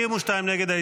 62 נגד.